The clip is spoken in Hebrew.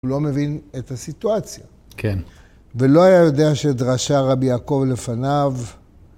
הוא לא מבין את הסיטואציה. כן. ולא היה יודע שדרשה רבי יעקב לפניו.